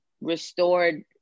restored